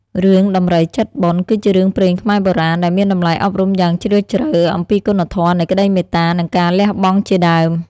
រឿងដំរីចិត្តបុណ្យ គឺជារឿងព្រេងខ្មែរបុរាណ ដែលមានតម្លៃអប់រំយ៉ាងជ្រាលជ្រៅ អំពីគុណធម៌នៃក្ដីមេត្តា និងការលះបង់ជាដើម។